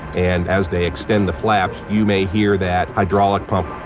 and as they extend the flaps, you may hear that hydraulic pump.